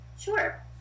Sure